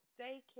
daycare